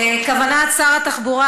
אנחנו ממשיכים: כוונת שר התחבורה